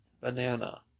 banana